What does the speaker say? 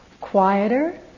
Quieter